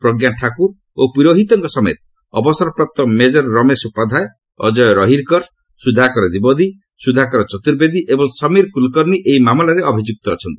ପ୍ରଜ୍ଞା ଠାକୁର ଓ ପୁରୋହିତଙ୍କ ସମେତ ଅବସରପ୍ରାପ୍ତ ମେଜର ରମେଶ ଉପାଧ୍ୟାୟ ଅଜୟ ରହିରକର ସୁଧାକର ଦ୍ୱିବେଦୀ ସ୍ୱଧାକର ଚର୍ତ୍ରବେଦୀ ଏବଂ ସମୀର କ୍ରଲକର୍ଷ୍ଣ ଏହି ମାମଲାରେ ଅଭିଯୁକ୍ତ ଅଛନ୍ତି